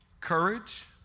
courage